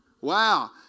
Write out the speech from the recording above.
wow